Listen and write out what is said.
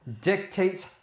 dictates